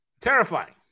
Terrifying